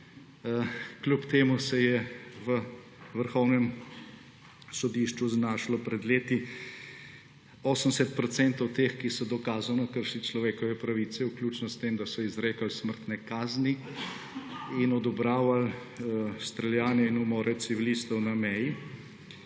Kljub temu se je v Vrhovnem sodišču znašlo pred leti 80 % teh, ki so dokazano kršili človekove pravice, vključno s tem, da so izrekali smrtne kazni in odobravali streljanje in umore civilistov na meji.